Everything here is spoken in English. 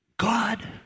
God